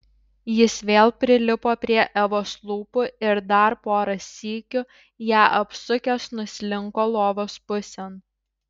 jis vėl prilipo prie evos lūpų ir dar porą sykių ją apsukęs nuslinko lovos pusėn